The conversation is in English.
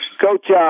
Coach